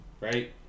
right